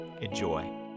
Enjoy